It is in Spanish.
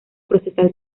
procesal